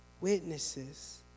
witnesses